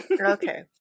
Okay